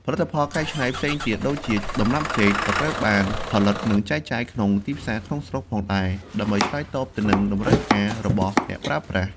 ផលិតផលកែច្នៃផ្សេងទៀតដូចជា ដំណាប់ចេក ក៏ត្រូវបានផលិត និងចែកចាយនៅក្នុងទីផ្សារក្នុងស្រុកផងដែរ ដើម្បីឆ្លើយតបទៅនឹងតម្រូវការ របស់អ្នកប្រើប្រាស់។